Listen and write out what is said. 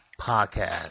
podcast